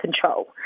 control